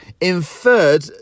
inferred